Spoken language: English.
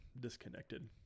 disconnected